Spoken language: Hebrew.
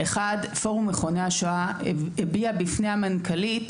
פורום מכוני השואה הביע בפני המנכ"לית